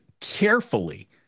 carefully